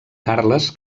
carles